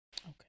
Okay